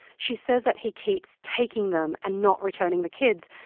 she says that he keeps taking them and not returning the kids.